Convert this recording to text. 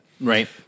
Right